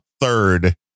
third